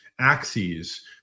axes